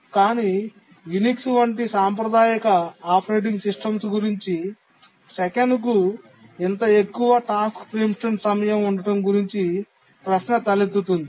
కానీ యునిక్స్ వంటి సాంప్రదాయిక ఆపరేటింగ్ సిస్టమ్స్ గురించి సెకనుకు ఇంత ఎక్కువ టాస్క్ ప్రీమిప్షన్ సమయం ఉండటం గురించి ప్రశ్న తలెత్తుతుంది